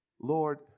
Lord